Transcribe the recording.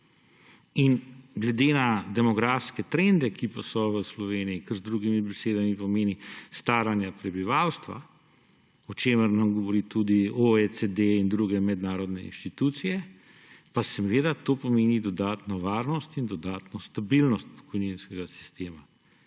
In glede na demografske trende, ki pa so v Sloveniji, kar z drugimi besedami pomeni staranje prebivalstva, o čemer nam govori tudi OECD in druge mednarodne institucije, pa seveda to pomeni dodatno varnost in dodatno stabilnost pokojninskega sistema.